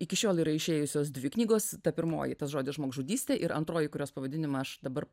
iki šiol yra išėjusios dvi knygos ta pirmoji tas žodis žmogžudystė ir antroji kurios pavadinimą aš dabar